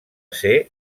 ser